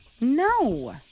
No